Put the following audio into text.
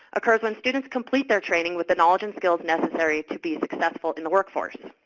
occurs when students complete their training with the knowledge and skills necessary to be successful in the workforce.